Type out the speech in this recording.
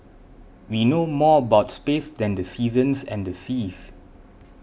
we know more about space than the seasons and the seas